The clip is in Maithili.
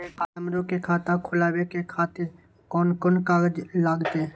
सर हमरो के खाता खोलावे के खातिर कोन कोन कागज लागते?